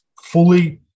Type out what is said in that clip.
fully